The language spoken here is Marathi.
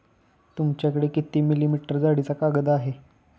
तुमच्याकडे किती मिलीमीटर जाडीचा कागद आहे?